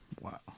Wow